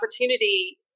opportunity